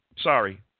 Sorry